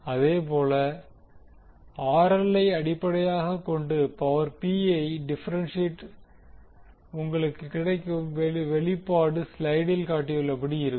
அதேபோல RL ஐ அடிப்படையாக கொண்டு பவர் P ஐ டிபெரென்ஷியேட் உங்களுக்கு கிடைக்கும் வெளிப்பாடு ஸ்லைடில் காட்டியுள்ளபடி இருக்கும்